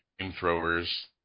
flamethrowers